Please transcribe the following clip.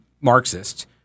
Marxists